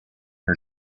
her